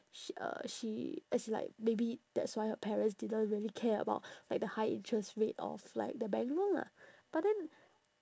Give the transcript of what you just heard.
sh~ uh she as in like maybe that's why her parents didn't really care about like the high interest rate of like the bank loan lah but then